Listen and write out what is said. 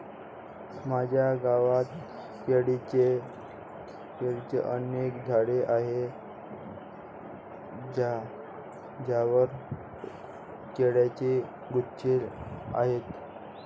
माझ्या गावात केळीची अनेक झाडे आहेत ज्यांवर केळीचे गुच्छ आहेत